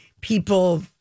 people